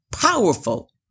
powerful